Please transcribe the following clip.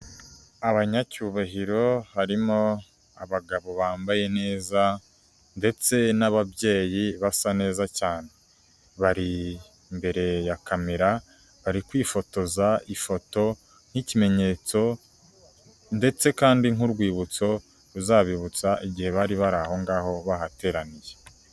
Abanyacyubahiro harimo abagabo bambaye neza ndetse n'ababyeyi basa neza cyane, bari imbere ya kamera bari kwifotoza ifoto nk'ikimenyetso ndetse kandi nk'urwibutso ruzabibutsa igihe bari bara aho ngaho bahateraniye.